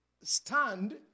stand